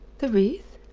the wreath?